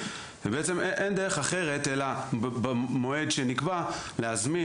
ובעצם אין דרך אחרת אלא במועד שנקבע להזמין.